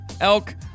elk